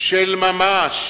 של ממש